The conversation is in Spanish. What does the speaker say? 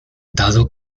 dado